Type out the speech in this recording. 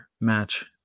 match